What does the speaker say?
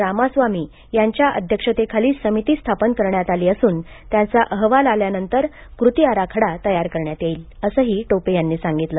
रामास्वामी यांच्या अध्यक्षतेखाली समिती स्थापन करण्यात आली असून त्यांचा अहवाल आल्यानंतर कृती आराखडा तयार करण्यात येईल असेही टोपे यांनी सांगितले